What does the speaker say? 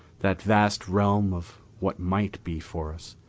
that vast realm of what might be for us,